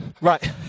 Right